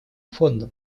фондом